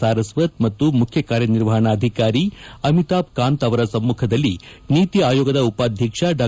ಸಾರಸ್ವತ್ ಮತ್ತು ಮುಖ್ಯ ಕಾರ್ಯನಿರ್ವಹಣಾಧಿಕಾರಿ ಅಮಿತಾಬ್ ಕಾಂತ್ ಅವರ ಸಮ್ಮುಖದಲ್ಲಿ ನೀತಿ ಆಯೋಗದ ಉಪಾಧ್ಯಕ್ಷ ಡಾ